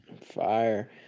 Fire